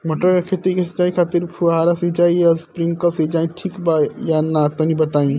मटर के खेती के सिचाई खातिर फुहारा सिंचाई या स्प्रिंकलर सिंचाई ठीक बा या ना तनि बताई?